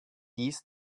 dies